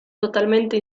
totalmente